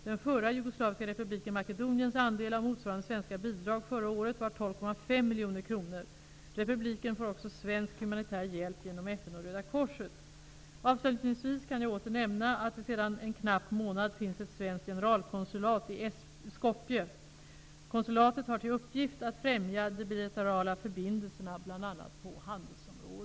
Den förra jugoslaviska republiken Makedoniens andel av motsvarande svenska bidrag förra året var 12,5 miljoner kronor. Republiken får också svensk humanitär hjälp genom FN och Röda korset. Avslutningsvis kan jag åter nämna att det sedan en knapp månad finns ett svenskt generalkonsulat i Skopje. Konsulatet har till uppgift att främja de bilaterala förbindelserna bl.a. på handelsområdet.